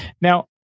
Now